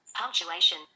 Punctuation